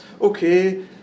okay